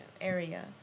area